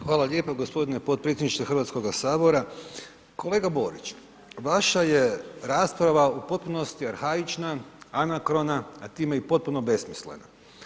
Hvala lijepa gospodine potpredsjedniče Hrvatskoga sabora, kolega Borić vaša je rasprava u potpunosti arhaična, anakrona, a time i potpuno besmislena.